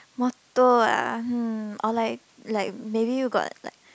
motto ah hmm or like like maybe you got like